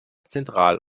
zentral